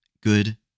good